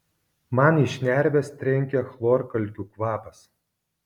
man į šnerves trenkia chlorkalkių kvapas